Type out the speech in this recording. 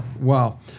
Wow